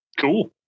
Cool